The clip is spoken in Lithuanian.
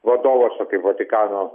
vadovas o kaip vatikano